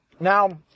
Now